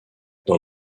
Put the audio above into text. dans